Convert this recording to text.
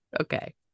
okay